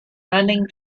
running